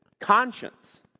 conscience